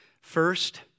First